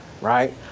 right